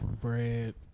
Bread